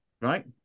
right